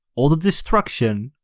all the destruction.